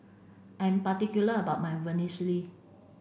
I'm particular about my Vermicelli